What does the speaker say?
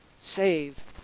Save